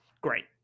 Great